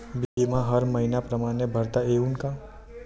बिमा हर मइन्या परमाने भरता येऊन का?